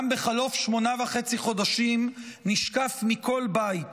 גם בחלוף שמונה חודשים וחצי נשקף מכל בית